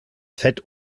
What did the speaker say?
fett